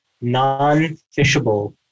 non-fishable